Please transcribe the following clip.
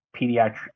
pediatric